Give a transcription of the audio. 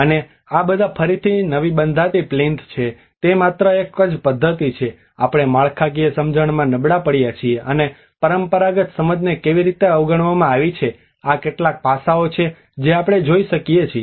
અને આ બધા ફરીથી નવી બંધાતી પ્લીન્થ છે અને તે માત્ર એક જ પદ્ધતિ છે કે આપણે માળખાકીય સમજણમાં નબળા પડ્યા છીએ અથવા પરંપરાગત સમજને કેવી રીતે અવગણવામાં આવી છે આ કેટલાક પાસાઓ છે જે આપણે જોઈ શકીએ છીએ